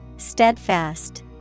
Steadfast